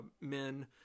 men